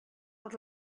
per